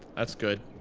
that's good.